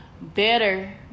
better